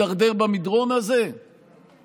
נחקרה למשך 20 שעות ביום כשהיא אזוקה לכיסא.